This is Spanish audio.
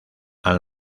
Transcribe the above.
han